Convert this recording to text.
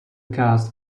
cast